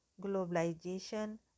globalization